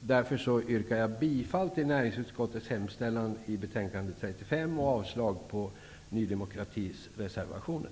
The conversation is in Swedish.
därför yrkar jag bifall till näringsutskottets hemställan i betänkande 35 och avslag på Ny demokratis reservationer.